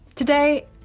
Today